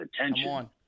attention